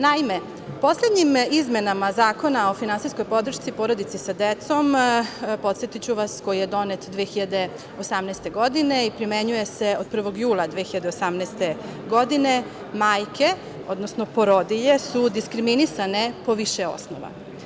Naime, poslednjim izmenama Zakona o finansijskoj podršci porodici sa decom, podsetiću vas, koji je donet 2018. godine i primenjuje se od 1. jula 2018. godine, majke, odnosno porodilje su diskriminisane po više osnova.